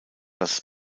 das